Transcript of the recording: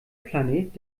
planet